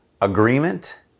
agreement